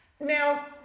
Now